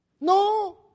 No